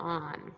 on